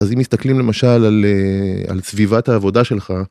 אז אם מסתכלים למשל על סביבת העבודה שלך.